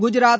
Gujarat